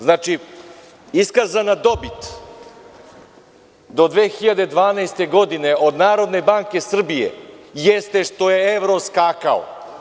Znači, iskazana dobit do 2012. godine od Narodne banke Srbije jeste što je evro skakao.